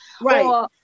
Right